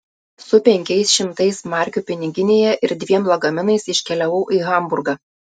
su penkiais šimtais markių piniginėje ir dviem lagaminais iškeliavau į hamburgą